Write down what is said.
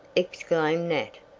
exclaimed nat.